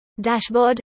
dashboard